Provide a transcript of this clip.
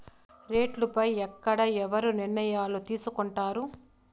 రేట్లు పై ఎక్కడ ఎవరు నిర్ణయాలు తీసుకొంటారు?